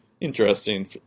interesting